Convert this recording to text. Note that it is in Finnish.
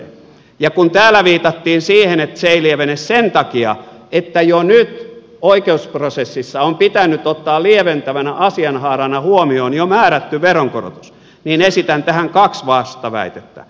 ja kun täällä viitattiin siihen että se ei lievene sen takia että jo nyt oikeusprosessissa on pitänyt ottaa lieventävänä asianhaarana huomioon jo määrätty veronkorotus niin esitän tähän kaksi vastaväitettä